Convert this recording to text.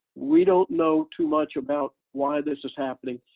we don't know too much about why this is happening,